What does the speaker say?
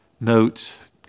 notes